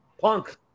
Punk